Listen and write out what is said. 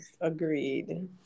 agreed